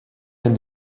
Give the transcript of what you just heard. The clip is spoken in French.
end